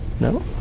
No